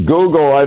Google